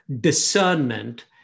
discernment